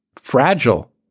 fragile